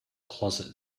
closet